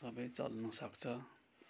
सबै चल्नु सक्छ